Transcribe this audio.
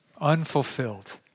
Unfulfilled